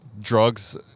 drugs